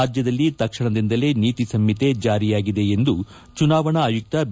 ರಾಜ್ಯದಲ್ಲಿ ತಕ್ಷಣದಿಂದಲೇ ನೀತಿ ಸಂಹಿತಿ ಜಾರಿಯಾಗಿದೆ ಎಂದು ಚುನಾವಣಾ ಆಯುಕ್ತ ಬಿ